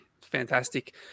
fantastic